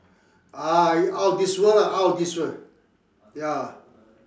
ah out of this world lah out of this world ya